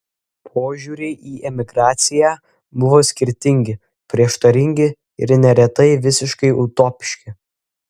požiūriai į emigraciją buvo skirtingi prieštaringi ir neretai visiškai utopiški